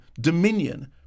Dominion